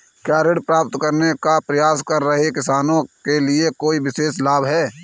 क्या ऋण प्राप्त करने का प्रयास कर रहे किसानों के लिए कोई विशेष लाभ हैं?